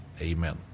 Amen